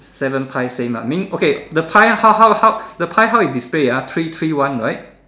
seven pie same ah mean okay the pie how how how the pie how they display ah three three one right